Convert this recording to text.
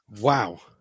Wow